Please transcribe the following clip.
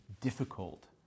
difficult